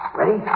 Ready